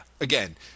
again